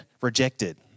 rejected